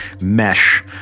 mesh